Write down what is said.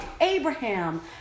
Abraham